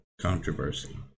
controversy